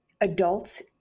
adults